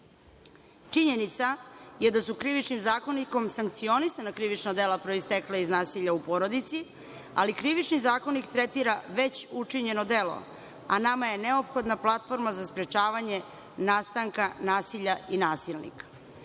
Činjenica je da su Krivičnim zakonikom sankcionisana krivična dela proistekla iz nasilja u porodici, ali Krivični zakonik tretira već učinjeno delo, a nama je neophodna platforma za sprečavanje nastanka nasilja i nasilnika. Nulta